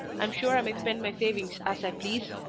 i'm sure i may spend my savings as i please?